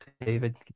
David